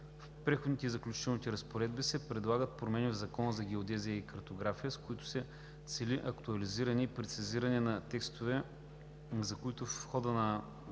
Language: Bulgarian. В Преходните и заключителни разпоредби са предложени промени в Закона за геодезията и картографията, с които се цели актуализиране и прецизиране на текстовете, за които в хода на